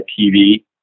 TV